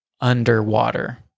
underwater